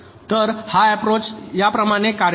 तरहा अप्रोच याप्रमाणे कार्य करते